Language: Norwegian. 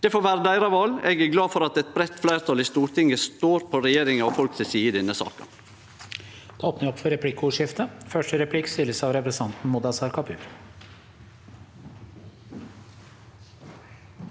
Det får vere deira val. Eg er glad for at eit breitt fleirtal i Stortinget står på regjeringa og folk si side i denne saka.